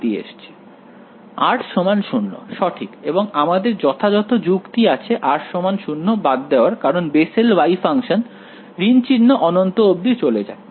r 0 সঠিক এবং আমাদের যথাযথ যুক্তি আছে r 0 বাদ দেওয়ার কারণ বেসেল Y ফাংশন ঋণ চিহ্ন অনন্ত অবধি চলে যায়